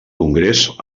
congrés